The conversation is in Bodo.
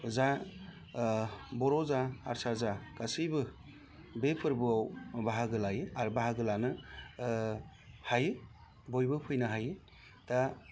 जा बर' जा हारसा जा गासैबो बे फोरबोआव बाहागो लायो आरो बाहागो लानो हायो बयबो फैनो हायो दा